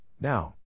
now